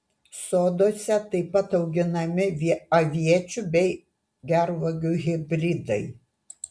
soduose taip pat auginami aviečių bei gervuogių hibridai